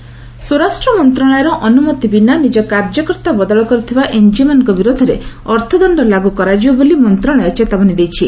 home minister NGO ସ୍ୱରାଷ୍ଟ୍ର ମନ୍ତ୍ରଣାଳୟର ଅନୁମତି ବିନା ନିଜ କାର୍ଯ୍ୟକର୍ତ୍ତାବଦଳ କରିଥିବା ଏନ୍ଜିଓମାନଙ୍କ ବିରୋଧରେ ଅର୍ଥଦଣ୍ଡ ଲାଗୁ କରାଯିବ ବେଲି ମନ୍ତ୍ରଣାଳୟ ଚେତାବନୀ ଦେଇଛି